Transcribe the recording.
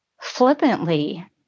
flippantly